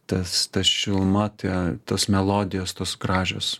tas ta šiluma tie tos melodijos tos gražios